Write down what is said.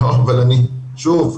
שוב,